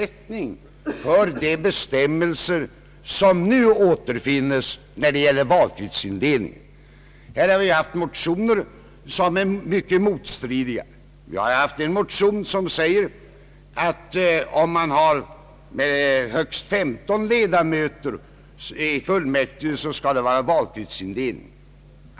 Här finns ett antal motioner som är mycket motstridiga. I en motion föreslås att högst 15 mandat skall få finnas i en valkrets.